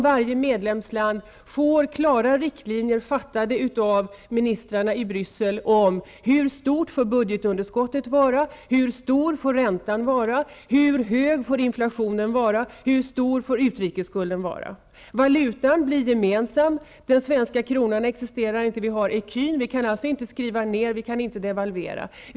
Varje medlemsland får ju klara riktlinjer, beslutade av ministrarna i Bryssel, för hur stort budgetunderskottet får vara, hur hög räntan får vara, hur hög inflationen får vara och hur stor utrikesskulden får vara. Valutan blir gemensam. Den svenska kronan existerar inte, utan vi har ecun. Vi kan alltså inte skriva ner kronan eller devalvera.